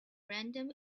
random